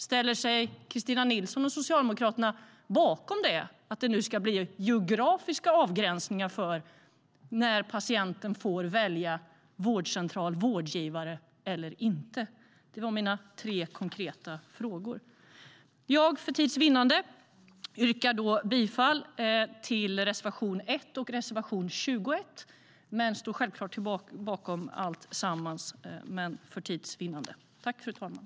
Ställer sig Kristina Nilsson och Socialdemokraterna bakom att det nu ska bli geografiska avgränsningar för när patienten får välja vårdcentral och vårdgivare? För tids vinnande yrkar jag bifall bara till reservationerna 1 och 21, men jag står självklart bakom övriga reservationer från Moderaterna.